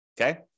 okay